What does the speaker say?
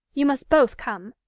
you must both come.